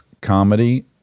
comedy